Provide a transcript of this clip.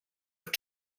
have